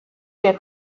der